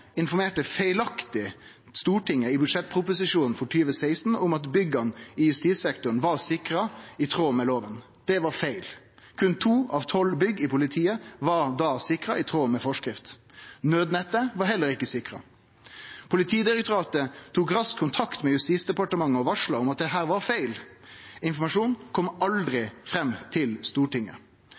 informerte Stortinget i budsjettproposisjonen for 2016 om at bygga i justissektoren var sikra i tråd med loven. Det var feil. Berre to av tolv bygg i politiet var da sikra i tråd med forskrifta. Naudnettet var heller ikkje sikra. Politidirektoratet tok raskt kontakt med Justis- og beredskapsdepartementet og varsla om at dette var feil. Informasjonen kom aldri fram til Stortinget.